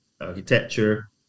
Architecture